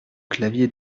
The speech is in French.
clavier